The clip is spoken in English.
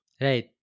Right